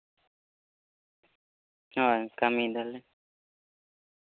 ᱦᱳᱭ ᱠᱟᱹᱢᱤᱭᱫᱟᱞᱮ